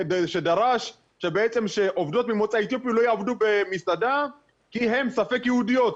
שדרש שעובדות ממוצא אתיופי לא יעבדו במסעדה כי הן ספק יהודיות.